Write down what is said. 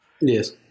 Yes